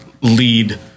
lead